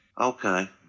Okay